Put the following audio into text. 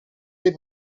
dei